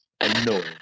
Annoying